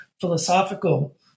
philosophical